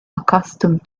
accustomed